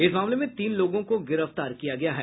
इस मामले में तीन लोगों को गिरफ्तार किया गया है